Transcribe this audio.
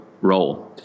role